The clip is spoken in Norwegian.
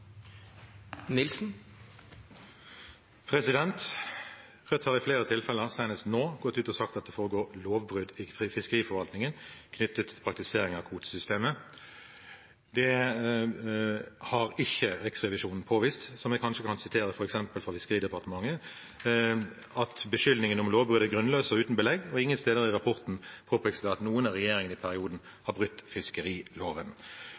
sagt at det foregår lovbrudd i fiskeriforvaltningen knyttet til praktisering av kvotesystemet. Det har ikke Riksrevisjonen påvist. Jeg kan referere fra Fiskeridepartementet: Beskyldningene om lovbrudd er grunnløse og uten belegg, og ingen steder i rapporten påpekes det at noen av regjeringene i perioden